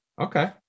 Okay